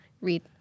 read